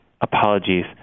apologies